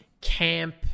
camp